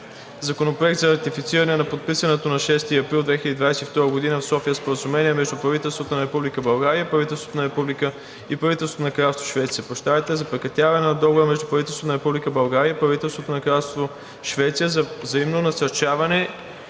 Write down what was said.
Законопроект за ратифициране на подписаното на 6 април 2022 г. в София Споразумение между правителството на Република България и правителството на Швеция за прекратяване на Договора между правителството на Република България и правителството на Кралство Швеция за взаимно насърчаване